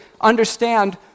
understand